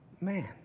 man